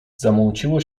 zamąciło